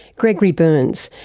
gregory berns,